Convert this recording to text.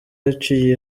yaciye